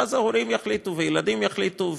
ואז ההורים יחליטו וילדים יחליטו,